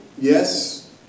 Yes